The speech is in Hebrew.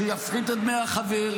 שיפחית את דמי החבר,